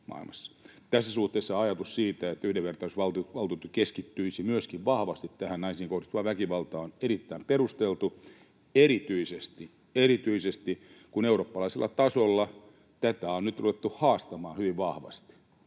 Tässä suhteessa ajatus siitä, että yhdenvertaisuusvaltuutettu keskittyisi myöskin vahvasti tähän naisiin kohdistuvaan väkivaltaan, on erittäin perusteltu, erityisesti, erityisesti kun eurooppalaisella tasolla tätä on nyt ruvettu haastamaan hyvin vahvasti.